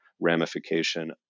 ramification